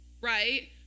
Right